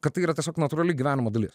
kad tai yra tiesiog natūrali gyvenimo dalis